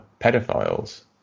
pedophiles